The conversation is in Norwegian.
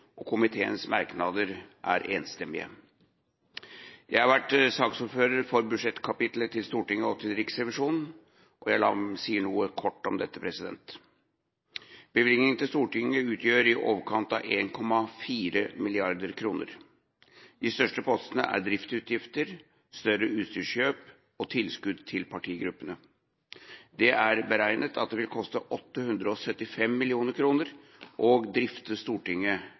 og komiteens merknader er enstemmige. Jeg er saksordfører for budsjettkapitlene til Stortinget og Riksrevisjonen, og la meg kort si noe om dette. Bevilgningene til Stortinget utgjør i overkant av 1,4 mrd. kr. De største postene er driftsutgifter, større utstyrskjøp og tilskudd til partigruppene. Det er beregnet at det vil koste 875 mill. kr å drifte Stortinget